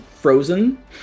frozen